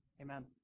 Amen